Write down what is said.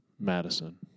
Madison